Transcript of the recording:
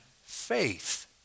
faith